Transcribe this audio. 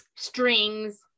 Strings